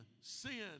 sin